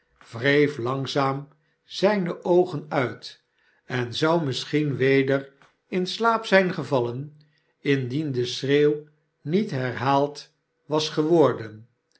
wreef langzaam zijne oogen uit en zou misschien weder in slaap zijn gevhen indien de schreeuw niet herhaald was geworden